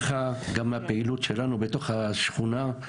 גם הפעילות שלנו בתוך השכונה.